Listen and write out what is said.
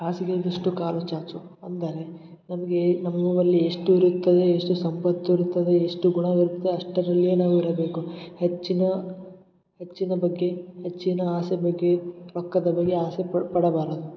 ಹಾಸಿಗೆ ಇದ್ದಷ್ಟು ಕಾಲು ಚಾಚು ಅಂದರೆ ನಮಗೆ ನಮ್ಮ ಎಷ್ಟು ಇರುತ್ತದೆ ಎಷ್ಟು ಸಂಪತ್ತು ಇರುತ್ತದೆ ಎಷ್ಟು ಗುಣವಿರುತ್ತೆ ಅಷ್ಟರಲ್ಲಿ ನಾವು ಇರಬೇಕು ಹೆಚ್ಚಿನ ಹೆಚ್ಚಿನ ಬಗ್ಗೆ ಹೆಚ್ಚಿನ ಆಸೆ ಬಗ್ಗೆ ಪಕ್ಕದ ಬಗೆ ಆಸೆ ಪಡ ಪಡಬಾರದು